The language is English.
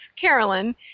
Carolyn